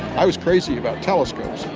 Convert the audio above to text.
i was crazy about telescopes, and